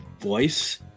voice